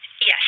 Yes